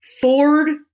Ford